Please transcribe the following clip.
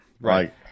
right